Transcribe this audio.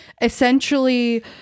essentially